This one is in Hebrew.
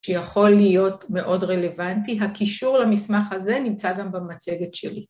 ‫שיכול להיות מאוד רלוונטי, ‫הקישור למסמך הזה נמצא גם במצגת שלי.